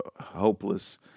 hopeless